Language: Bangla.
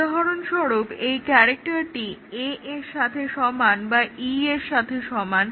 উদাহরণস্বরূপ এই ক্যারেক্টারটি A এর সাথে সমান বা E এর সাথে সমান